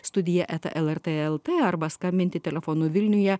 studija eta lrt lt arba skambinti telefonu vilniuje